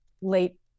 late